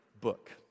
book